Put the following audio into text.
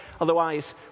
otherwise